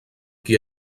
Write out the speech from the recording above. qui